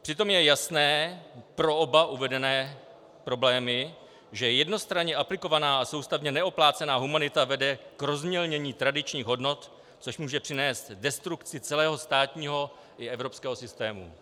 Přitom je jasné pro oba uvedené problémy, že jednostranně aplikovaná a soustavně neoplácená humanita vede k rozmělnění tradičních hodnot, což může přinést destrukci celého státního i evropského systému.